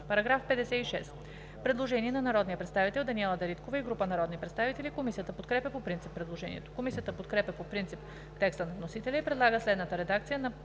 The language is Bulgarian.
По § 56 има предложение на народния представител Даниела Дариткова и група народни представители. Комисията подкрепя по принцип предложението. Комисията подкрепя по принцип текста на вносителя и предлага следната редакция на